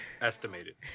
Estimated